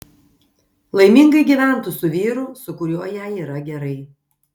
laimingai gyventų su vyru su kuriuo jai yra gerai